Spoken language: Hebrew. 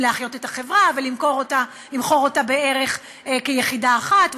להחיות את החברה ולמכור אותה בערך כיחידה אחת,